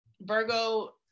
Virgo